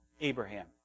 Abraham